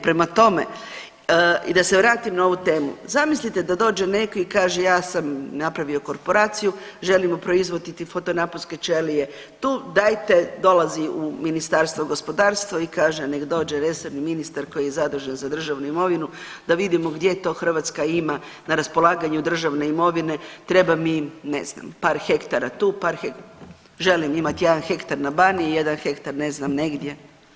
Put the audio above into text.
Prema tome, i da se vratim na ovu temu, zamislite da dođe neko i kaže ja sam napravio korporaciju, želimo proizvoditi fotonaponske ćelije tu, dajte, dolazi u Ministarstvo gospodarstva i kaže nek dođe resorni ministar koji je zadužen za državnu imovinu da vidimo gdje to Hrvatska ima na raspolaganju državne imovine, treba mi, ne znam, par hektara tu, par, želim imat jedan hektar na Baniji, jedan hektar ne znam negdje.